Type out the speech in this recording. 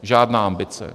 Žádná ambice.